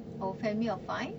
our family of five